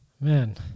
Man